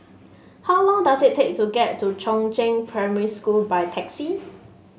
how long does it take to get to Chongzheng Primary School by taxi